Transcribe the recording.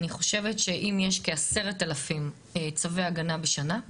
אני חושבת שאם יש כ-10,000 צווי הגנה בשנה,